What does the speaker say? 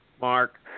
Mark